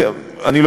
ללא